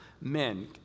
Men